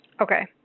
Okay